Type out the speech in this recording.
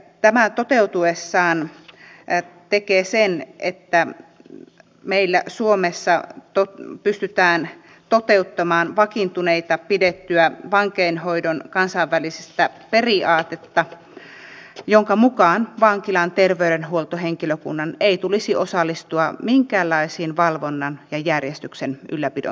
tämä toteutuessaan tekee sen että meillä suomessa pystytään toteuttamaan vakiintuneena pidettyä vankeinhoidon kansainvälistä periaatetta jonka mukaan vankilan terveydenhuoltohenkilökunnan ei tulisi osallistua minkäänlaisiin valvonnan ja järjestyksen ylläpidon tehtäviin